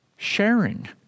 Sharing